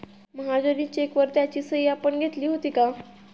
महाजनी चेकवर त्याची सही आपण घेतली होती का?